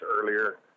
earlier